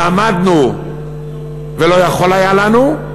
ועמדנו ולא יכול היה לנו,